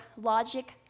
logic